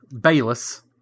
Bayless